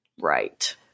Right